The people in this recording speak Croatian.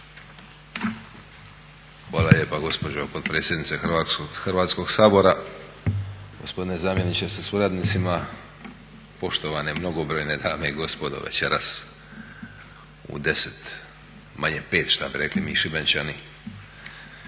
Hvala lijepa gospođo potpredsjednice Hrvatskog sabora, gospodine zamjeniče sa suradnicima, poštovane mnogobrojne dame i gospodo večeras u 10 manje 5 šta bi rekli mi Šibenčani.